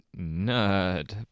Nerd